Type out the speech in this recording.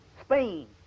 Spain